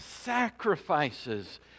sacrifices